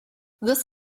this